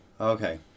Okay